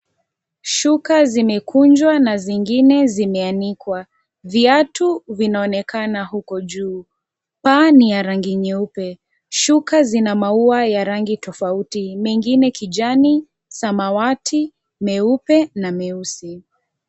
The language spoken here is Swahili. Shuka zimekunjwa na zingine zimeanikwa. Viatu vinaonekana huko juu. Paa ni ya rangi nyeupe. Shuka ina maua ya rangi tofauti mengine kijani, samawati, meupe na meusi.